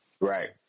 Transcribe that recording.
Right